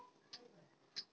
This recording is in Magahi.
हम बैक क्रेडिट कार्ड बनैवो?